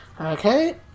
Okay